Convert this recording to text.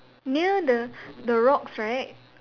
near the the rocks right